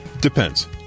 Depends